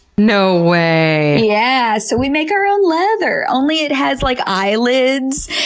no way! yeah! so we make our own leather, only, it has like eyelids,